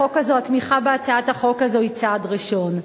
תמיכה בהצעת החוק הזו היא צעד ראשון.